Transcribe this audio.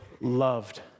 loved